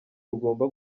rugomba